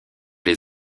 les